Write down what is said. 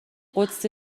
قدسی